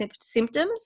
symptoms